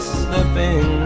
slipping